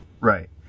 Right